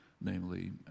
namely